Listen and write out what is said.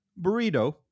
burrito